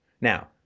Now